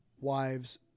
wives